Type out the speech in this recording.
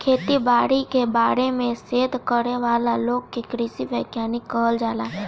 खेती बारी के बारे में शोध करे वाला लोग के कृषि वैज्ञानिक कहल जाला